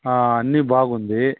హ అన్నీ బాగుంది